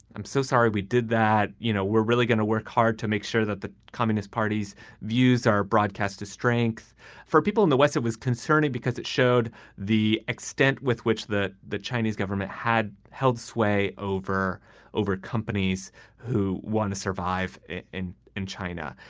i'm so sorry we did that. you know, we're really going to work hard to make sure that the communist party's views are broadcast to strength for people in the west. it was concerning because it showed the extent with which that the chinese government had held sway over over companies who want to survive in in china.